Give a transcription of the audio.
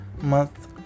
month